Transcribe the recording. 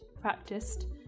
practiced